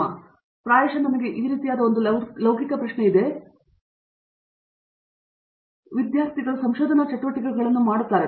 professor Pratap Haridoss ಸರಿ ಪ್ರಾಯಶಃ ನನಗೆ ಈ ರೀತಿಯಾದ ಒಂದು ಲೌಕಿಕ ಪ್ರಶ್ನೆ ಇದೆ ವಿದ್ಯಾರ್ಥಿಗಳ ಜೀವನವನ್ನು ಹೌದು ಅಲ್ಲಿ ಅವರ ಸಂಶೋಧನಾ ಚಟುವಟಿಕೆಗಳನ್ನು ಮಾಡುತ್ತಿದ್ದಾರೆ